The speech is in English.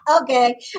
Okay